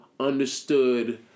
understood